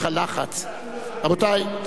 רבותי חברי הכנסת,